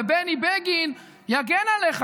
ובני בגין יגן עליך,